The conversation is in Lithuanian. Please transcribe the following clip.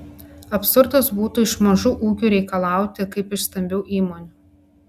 absurdas būtų iš mažų ūkių reikalauti kaip iš stambių įmonių